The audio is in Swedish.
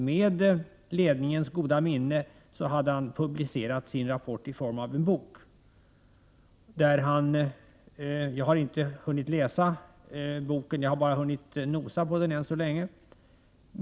Med ledningens goda minne hade Sören Bergström publicerat sin rapport i form av en bok — jag har ännu så länge bara hunnit ”nosa” på boken.